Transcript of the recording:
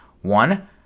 One